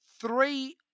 three